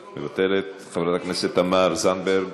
מוותרת, חברת הכנסת תמר זנדברג,